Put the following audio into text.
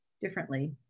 differently